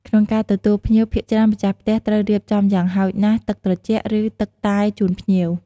ក្នុងការទទួលភ្ញៀវ ភាគច្រើនម្ចាស់ផ្ទះត្រូវរៀបចំយ៉ាងហោចណាស់ ទឺកត្រជាក់ ឬ ទឹកតែជូនភ្ញៀវ។